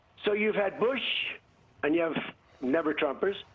so you've had bush and you have never-trumpers.